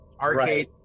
arcade